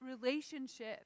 relationship